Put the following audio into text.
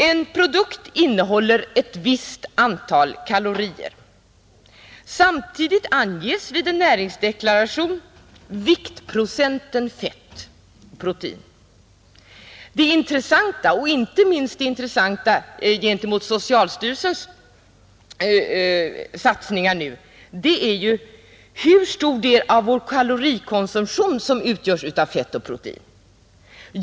En produkt innehåller ett visst antal kalorier. Samtidigt anges i näringsdeklarationen viktprocenten fett respektive protein. Men det intressanta, inte minst med hänsyn till socialstyrelsens satsningar, är hur stor del av vår kalorikonsumtion som utgörs av fett respektive protein.